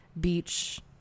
beach